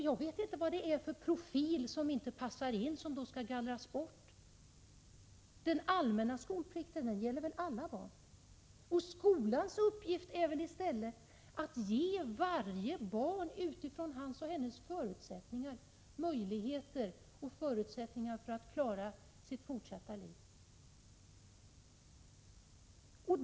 Jag vet inte vad det är för profil som inte passar in och som då skall gallras bort. Den allmänna skolplikten gäller väl alla barn? Skolans uppgift är väl att ge varje barn, utifrån hans eller hennes förutsättningar, möjligheter och förutsättningar att klara sitt fortsatta liv?